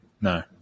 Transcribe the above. No